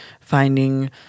finding